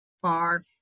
far